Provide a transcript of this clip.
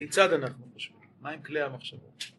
‫כיצד אנחנו חושבים? ‫מהם כלי המחשבות?